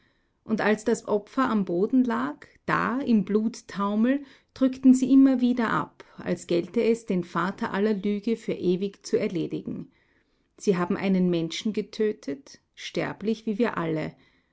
und als das opfer am boden lag da im bluttaumel drückten sie immer wieder ab als gelte es den vater aller lüge für ewig zu erledigen sie haben einen menschen getötet sterblich wie wir alle